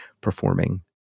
performing